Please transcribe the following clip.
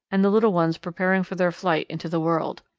and the little ones preparing for their flight into the world.